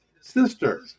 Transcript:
sister